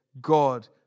God